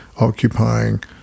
occupying